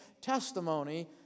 testimony